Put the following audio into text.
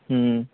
হুম